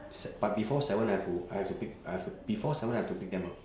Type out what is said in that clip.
se~ but before seven I have to I have to pick I have to before seven I have to pick them up